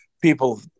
people